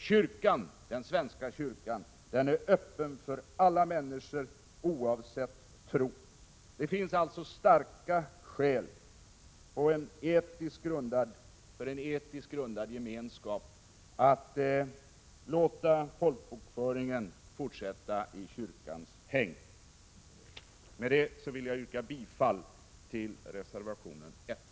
Den svenska kyrkan är öppen för alla människor, oavsett tro. Här finns en etiskt grundad gemenskap. Alla starka skäl talar för att låta folkbokföringen fortsätta i kyrkans hägn. Med detta vill jag yrka bifall till reservation 1.